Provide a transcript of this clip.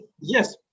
Yes